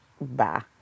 Bye